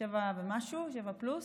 שבע פלוס.